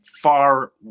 far